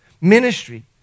Ministry